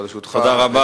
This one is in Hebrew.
אבל לרשותך,